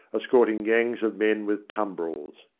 escorting gangs of men with tumbrils.